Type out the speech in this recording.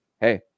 hey